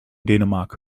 dänemark